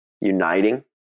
uniting